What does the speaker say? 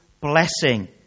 blessing